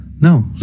No